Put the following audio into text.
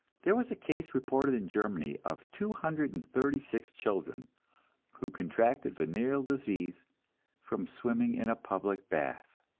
there was a case reported in germany of two hundred and thirty six children who contracted venereal disease from swimming in a public bath.